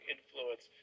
Influence